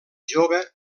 jove